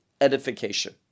edification